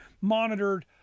monitored